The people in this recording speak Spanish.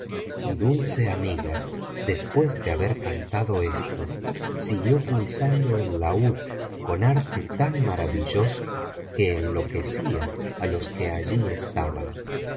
y dulce amiga después de haber cantado esto siguió pulsando el laúd con arte tan maravilloso que enloquecía á los que allí estaban